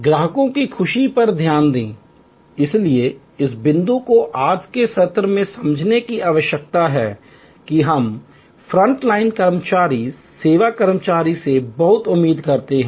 ग्राहकों की खुशी पर ध्यान दें इसलिए इस बिंदु को आज के सत्र में समझने की आवश्यकता है कि हम फ्रंट लाइन कर्मचारी सेवा कर्मियों से बहुत उम्मीद करते हैं